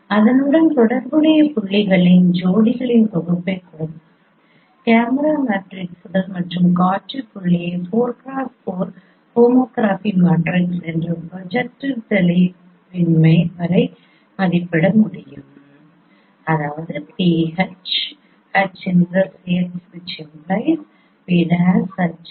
அதனுடன் தொடர்புடைய புள்ளிகளின் ஜோடிகளின் தொகுப்பைக் கொடுத்தால் கேமரா மேட்ரிக்ஸ்கள் மற்றும் காட்சி புள்ளியை 4x4 ஹோமோகிராபி மேட்ரிக்ஸ் என்ற ப்ரொஜெக்ட்டிவ் தெளிவின்மை வரை மதிப்பிட முடியும்